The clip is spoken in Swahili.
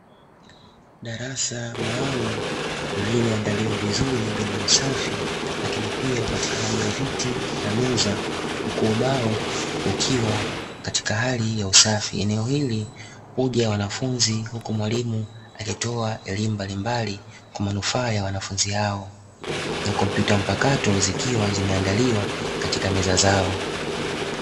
Darasa maalumu, liloandaliwa vizuri lenye usafi lakini pia upatikanaji wa viti na meza huku ubao ukiwa katika hali ya usafi, eneo hili huja wanafunzi huku mwalimu alitoa elimu mbalimbali, kwa manufaa ya wanafunzi hao, na kompyuta mpaka zikiwa zimeandaliwa katika meza zao.